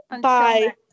Bye